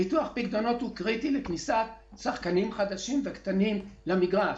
ביטוח פיקדונות הוא קריטי לכניסת שחקנים חדשים וקטנים למגרש.